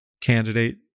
candidate